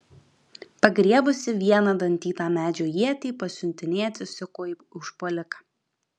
pagriebusi vieną dantytą medžio ietį pasiuntinė atsisuko į užpuoliką